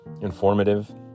informative